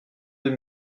deux